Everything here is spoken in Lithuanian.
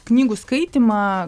knygų skaitymą